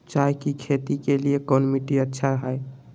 चाय की खेती के लिए कौन मिट्टी अच्छा हाय?